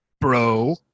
bro